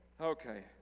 Okay